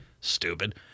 Stupid